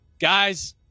Guys